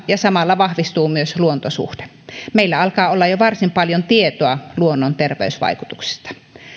ja samalla vahvistuu myös luontosuhde meillä alkaa olla jo varsin paljon tietoa luonnon terveysvaikutuksista